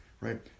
right